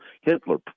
Hitler